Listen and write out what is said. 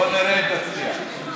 בוא נראה אם תצליח.